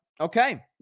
Okay